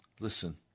Listen